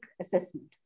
assessment